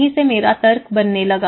यहीं से मेरा तर्क बनने लगा